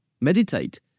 meditate